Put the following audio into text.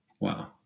wow